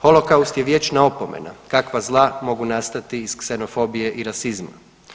Holokaust je vječna opomena kakva zla mogu nastati iz ksenofobije i rasizma.